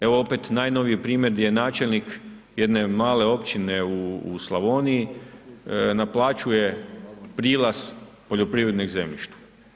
Evo opet najnoviji primjer di je načelnik jedne male općine u Slavoniji naplaćuje prilaz poljoprivrednog zemljišta.